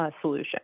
solution